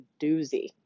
doozy